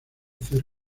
hacer